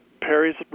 Perry's